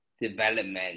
development